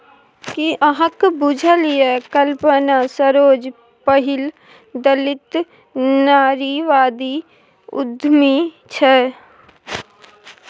कि अहाँक बुझल यै कल्पना सरोज पहिल दलित नारीवादी उद्यमी छै?